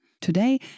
Today